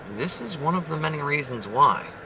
this is one of the many reasons why.